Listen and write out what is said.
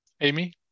Amy